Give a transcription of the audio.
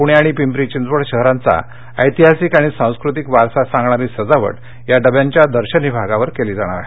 पूण आणि पिंपरी चिंचवड शहरांचा ऐतिहासिक आणि सांस्कृतिक वारसा सांगणारी सजावट या डब्यांच्या दर्शनी भागावर केली जाणार आहे